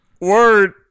Word